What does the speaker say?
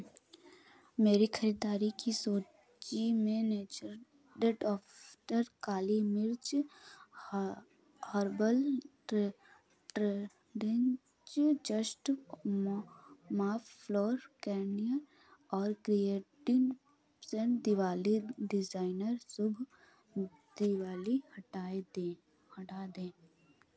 मेरे खरीदारी की सूची काली मिर्च हा हर्बल ट्रे ट्रेडिंग ची जस्ट मोह माफ्लॉर कैनियर और क्रिएटिन सेंट दिवाली डिज़ाइनर शुभ दिवाली हटा दे हटा दें